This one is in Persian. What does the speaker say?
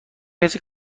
کسی